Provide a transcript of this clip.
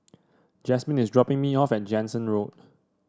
Jasmine is dropping me off at Jansen Road